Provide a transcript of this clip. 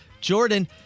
Jordan